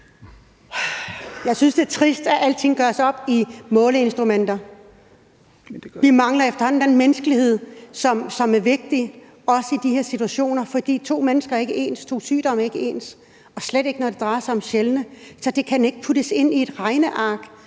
Jeg synes, det er trist, at alting gøres op i måleinstrumenter. Vi mangler efterhånden den menneskelighed, som er vigtig, også i de her situationer, for to mennesker er ikke ens, to sygdomme er ikke ens, og slet ikke når det drejer sig om sjældne sygdomme. Så det kan ikke puttes ind i et regneark,